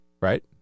Right